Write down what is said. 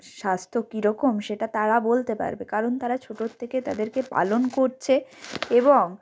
স্বাস্থ্য কী রকম সেটা তারা বলতে পারবে কারণ তারা ছোটর থেকে তাদেরকে পালন করছে এবং